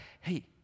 hey